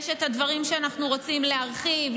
יש את הדברים שאנחנו רוצים להרחיב,